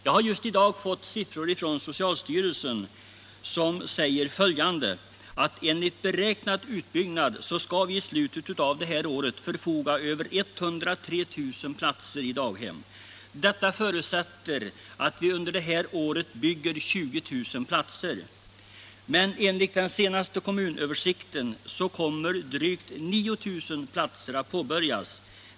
Jag har just i dag fått följande siffror från socialstyrelsen. Enligt beräknad utbyggnad skall vi i slutet av det här året förfoga över 103 000 platser i daghem. Detta förutsätter att vi under året bygger 20 000 platser. Men enligt senaste kommunöversikten kommer drygt 9 000 platser att påbörjas.